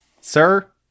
Sir